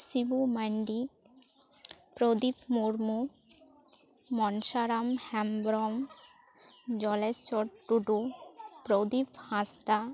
Sibu Mandi Pradip Murmu Mansaram Hembrom Jaleswar Tudu Pradip Hansda